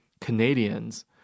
Canadians